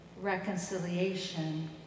reconciliation